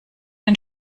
den